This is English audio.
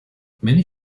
many